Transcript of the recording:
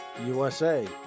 USA